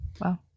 Wow